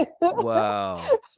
Wow